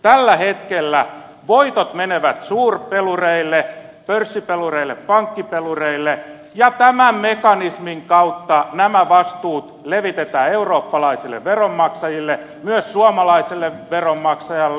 tällä hetkellä voitot menevät suurpelureille pörssipelureille pankkipelureille ja tämän mekanismin kautta nämä vastuut levitetään eurooppalaisille veronmaksajille myös suomalaiselle veronmaksajalle